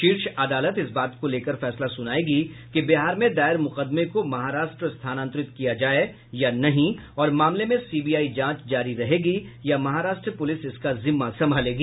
शीर्ष अदालत इस बात को लेकर फैसला सुनाएगा कि बिहार में दायर मुकदमे को महाराष्ट्र स्थानांतरित किया जाये या नहीं और मामले में सीबीआई जांच जारी रहेगी या महाराष्ट्र पुलिस इसका जिम्मा संभालेगी